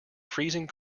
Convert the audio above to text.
freezing